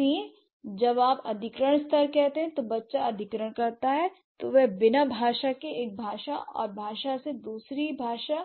इसलिए जब आप अधिग्रहण स्तर कहते हैं तो बच्चा अधिकरण करता है तो वह बिना भाषा के एक भाषा और एक भाषा से दूसरी और दूसरी